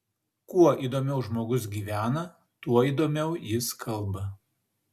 kuo įdomiau žmogus gyvena tuo įdomiau jis kalba